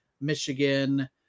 Michigan